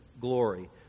glory